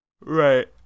right